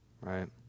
Right